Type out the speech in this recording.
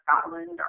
Scotland